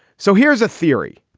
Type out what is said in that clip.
so here's a theory.